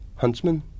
Huntsman